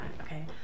Okay